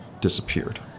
disappeared